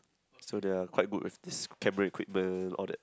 so they are quite good with camera equipment and all that